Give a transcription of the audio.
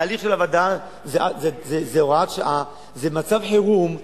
התהליך של הווד"ל הוא הוראת שעה, זה מצב חירום.